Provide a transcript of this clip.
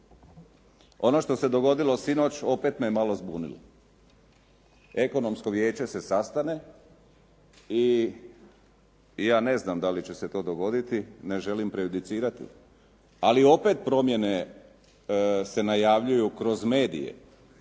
Ono što se dogodili sinoć opet me malo zbunilo. Ekonomsko vijeće se sastane i ja ne znam dali će se to dogoditi, ne želim prejudicirati, ali opet promjene se najavljuju kroz medije.